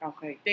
Okay